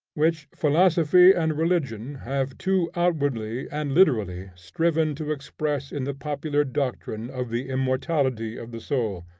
which philosophy and religion have too outwardly and literally striven to express in the popular doctrine of the immortality of the soul.